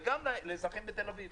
וגם לאזרחים בתל אביב,